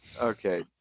Okay